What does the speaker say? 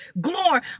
Glory